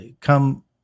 come